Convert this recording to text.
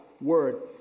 word